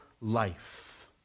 life